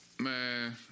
Man